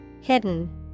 Hidden